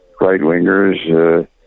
right-wingers